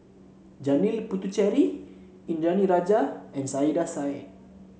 Janil Puthucheary Indranee Rajah and Saiedah Said